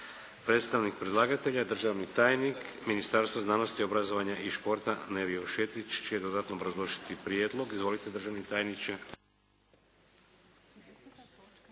Predstavnik predlagatelja, državni tajnik Ministarstva znanosti, obrazovanja i športa Nevio Šetić će dodatno obrazložiti prijedlog. Izvolite državni tajniče.